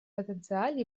потенциале